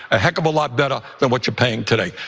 a heck of a lot better than what you're paying today.